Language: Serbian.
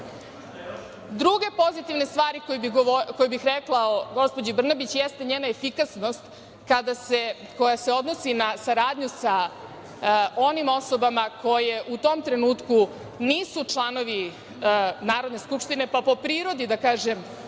pozitivne stvari koje bih rekla o gospođi Brnabić jeste njena efikasnost koja se odnosi na saradnju sa onim osobama koje u tom trenutku nisu članovi Narodne skupštine, pa po prirodi, da kažem,